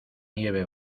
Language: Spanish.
nieve